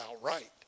right